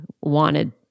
wanted